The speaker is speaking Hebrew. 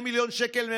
2 מיליון שקל,